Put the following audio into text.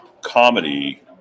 comedy